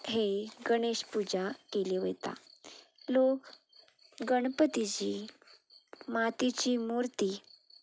ही गणेश पुजा केली वयता लोक गणपतीची मातीची मुर्ती